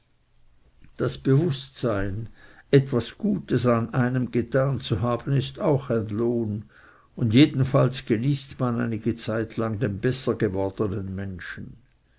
das bewußtsein etwas gutes an einem getan zu haben ist auch ein lohn und jedenfalls genießt man einige zeit lang den besser gewordenen menschen